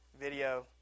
Video